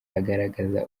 agaragaza